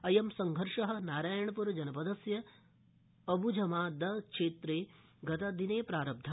अयं सङ्घर्ष नारायण र जन दस्य अब्झमादक्षेत्रे गतदिने अप्रारब्ध